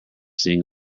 sing